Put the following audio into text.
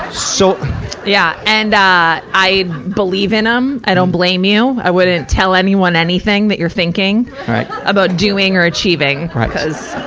so yeah, and, ah, i believe in em. i don't blame you. i wouldn't tell anyone anything that you're thinking about doing or achieving, cuz,